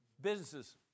Businesses